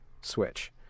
switch